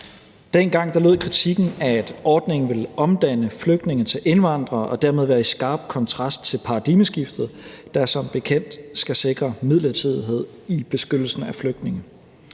Dengang lød kritikken, at ordningen ville omdanne flygtninge til indvandrere og dermed være i skarp kontrast til paradigmeskiftet, der som bekendt skal sikre midlertidighed i beskyttelsen af flygtninge.